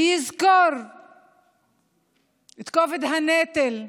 ויזכור את כובד הנטל,